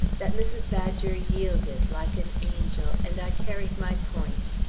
that mrs. badger yielded, like an angel, and i carried my point.